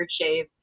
Shave